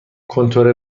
کنتور